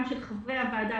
גם של חברי הוועדה,